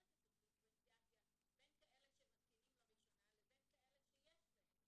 את הדיפרנציאציה בין כאלה שמתקינים לראשונה ובין כאלה שיש להם.